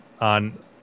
on